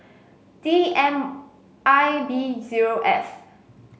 D M I B zero F